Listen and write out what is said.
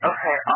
Okay